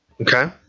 Okay